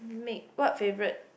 make what favourite